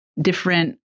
different